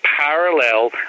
parallel